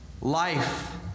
Life